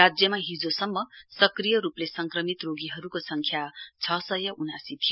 राज्यमा हिजोसम्म सक्रिय रूपले संक्रमित रोगीहरूको संख्या छ सय उनासी थियो